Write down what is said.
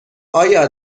آیا